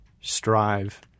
strive